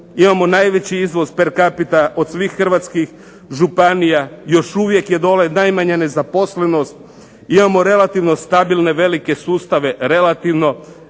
Imamo najveći izvoz per capita od svih hrvatskih županija. Još uvijek je dolje najmanja nezaposlenost. Imamo relativno stabilne velike sustave, relativno.